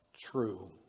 true